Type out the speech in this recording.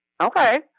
Okay